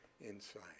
inside